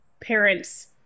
parents